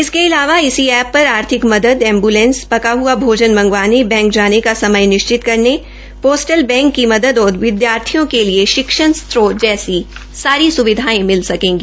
इसके अलावा इसी ऐप पर आर्थिक मदद एंब्लेंस पका हुआ भोजन मंगवाने बैंक जाने का समय निश्चित करने पोस्टल बैंक की मदद और विद्यार्थियों के लिए शिक्षण स्त्रोत जैसी सारी सुविधाएं मिल सकेंगी